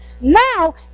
Now